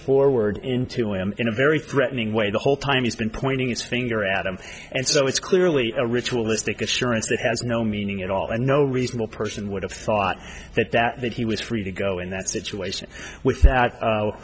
forward into him in a very threatening way the whole time he's been pointing his finger at him and so it's clearly a ritualistic assurance that has no meaning at all and no reasonable person would have thought that that that he was free to go in that situation with